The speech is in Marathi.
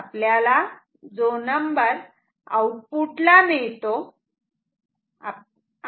आपल्याला तो नंबर आउटपुट ला मिळतो